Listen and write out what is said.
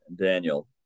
daniel